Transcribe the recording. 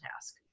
task